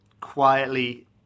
quietly